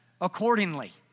accordingly